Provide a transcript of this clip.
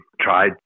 tried